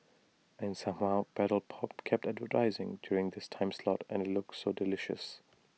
and somehow Paddle pop kept advertising during this time slot and looked so delicious